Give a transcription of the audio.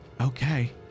okay